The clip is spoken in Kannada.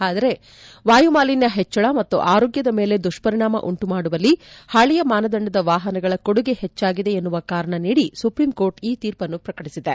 ಆದರೆ ವಾಯುಮಾಲಿನ್ಯ ಹೆಚ್ಚಳ ಮತ್ತು ಆರೋಗ್ಯದ ಮೇಲೆ ದುಷ್ಪರಿಣಾಮ ಉಂಟುಮಾಡುವಲ್ಲಿ ಹಳೆಯ ಮಾನದಂಡದ ವಾಹನಗಳ ಕೊಡುಗೆ ಹೆಚ್ಚಾಗಿದೆ ಎನ್ನುವ ಕಾರಣ ನೀಡಿ ಸುಪ್ರೀಂಕೋರ್ಟ್ ಈ ತೀರ್ಪನ್ನು ಪ್ರಕಟಿಸಿದೆ